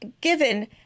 given